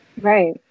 right